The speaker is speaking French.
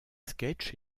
sketchs